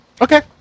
Okay